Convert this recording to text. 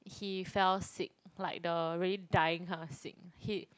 he fell sick like the really dying kind of sick he